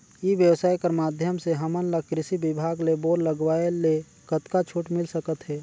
ई व्यवसाय कर माध्यम से हमन ला कृषि विभाग ले बोर लगवाए ले कतका छूट मिल सकत हे?